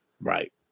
Right